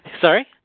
Sorry